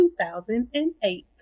2008